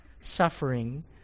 suffering